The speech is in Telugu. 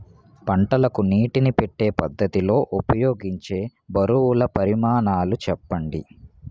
పంటలకు నీటినీ పెట్టే పద్ధతి లో ఉపయోగించే బరువుల పరిమాణాలు చెప్పండి?